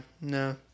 no